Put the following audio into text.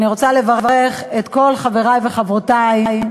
אני רוצה לברך את כל חברי וחברותי.